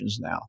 now